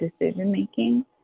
decision-making